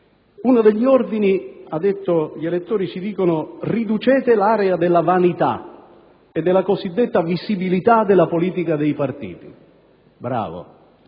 Uno di questi ordini, ha detto, è quello di ridurre l'area della vanità e della cosiddetta visibilità della politica dei partiti. Bravo,